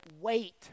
wait